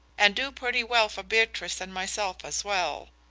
and do pretty well for beatrice and myself as well.